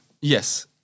Yes